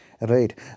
Right